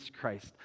Christ